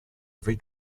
every